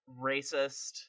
racist